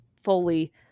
fully